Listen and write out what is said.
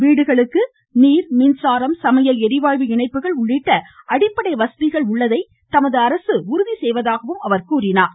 வீடுகளில் நீர் மின்சாரம் சமையல் ளிவாயு இணைப்புகள் உள்ளிட்ட அடிப்படை வசதிகள் உள்ளதை தமது அரசு உறுதி செய்வதாக அவர் குறிப்பிட்டார்